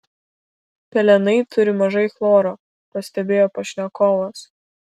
pelenai turi mažai chloro pastebėjo pašnekovas